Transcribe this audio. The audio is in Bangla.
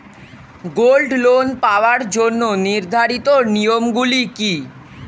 গোল্ড লোন পাওয়ার জন্য নির্ধারিত নিয়ম গুলি কি?